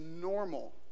normal